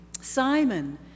Simon